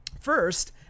first